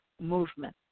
movement